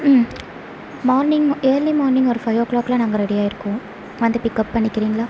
morning early morning ஒரு five ஓ க்ளாக்லாம் நாங்கள் ரெடி ஆயி இருக்கோம் வந்து பிக்கப் பண்ணிக்கிறீங்களா